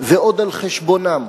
ועוד על חשבונן,